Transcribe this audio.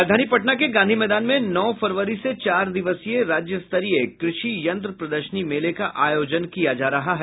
राजधानी पटना के गांधी मैदान में नौ फरवरी से चार दिवसीय राज्य स्तरीय कृषि यंत्र प्रदर्शनी मेले का आयोजन किया जा रहा है